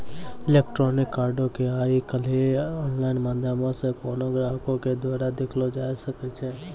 electronic कार्डो के आइ काल्हि आनलाइन माध्यमो से कोनो ग्राहको के द्वारा देखलो जाय सकै छै